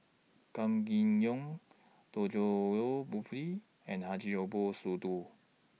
Kam Kee Yong Djoko Wibisono and Haji Ambo Sooloh